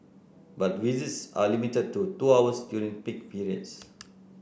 but visits are limited to two hours during peak periods